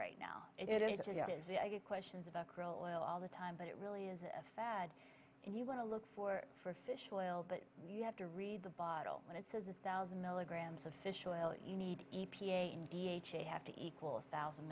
right now it is the i get questions about grohl oil all the time but it really is a fad and you want to look for for fish oil but you have to read the bottle when it says a thousand milligrams of fish oil you need have to equal a thousand